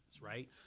right